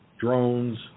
drones